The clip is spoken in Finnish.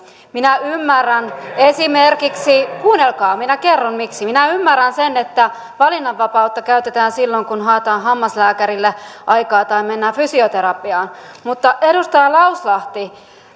minä ymmärrän esimerkiksi kuunnelkaa minä kerron miksi minä ymmärrän sen että valinnanvapautta käytetään silloin kun haetaan hammaslääkärille aikaa tai mennään fysioterapiaan mutta edustaja lauslahti